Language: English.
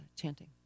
chanting